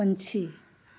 ਪੰਛੀ